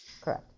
Correct